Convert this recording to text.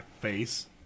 face